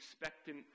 expectant